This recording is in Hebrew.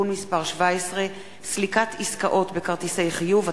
(תיקון מס' 17) (סליקת עסקאות בכרטיסי חיוב),